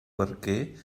barquer